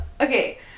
Okay